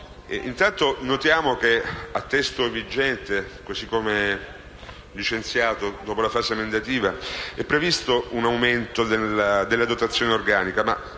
Intanto notiamo che, a testo vigente, così come licenziato dopo la fase emendativa, è previsto un aumento della dotazione organica